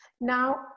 Now